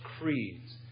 creeds